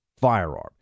firearm